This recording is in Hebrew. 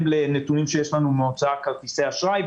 לנתונים שיש לנו מן ההוצאה על כרטיסי אשראי.